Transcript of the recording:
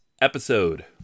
episode